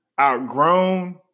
outgrown